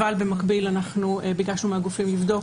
אבל במקביל ביקשנו מהגופים לבדוק